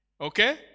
okay